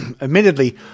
admittedly